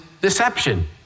deception